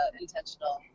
intentional